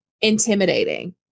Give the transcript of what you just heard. intimidating